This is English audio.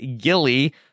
Gilly